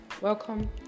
welcome